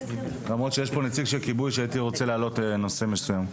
למרות שיש פה נציג של כיבוי והייתי רוצה להעלות נושא מסוים.